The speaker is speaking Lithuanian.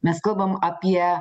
mes kalbame apie